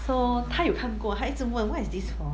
so 她有看过她一直问 what is this for